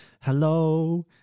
hello